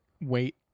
wait